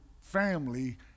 family